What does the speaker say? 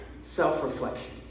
self-reflection